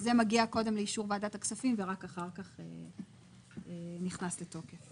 כשזה מגיע קודם לאישור ועדת הכספים ורק אחר כך נכנס לתוקף.